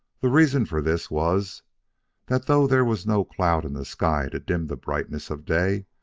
the reason for this was that, though there was no cloud in the sky to dim the brightness of day,